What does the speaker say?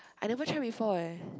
I never try before leh